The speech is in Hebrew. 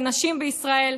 לנשים בישראל.